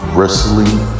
Wrestling